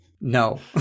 No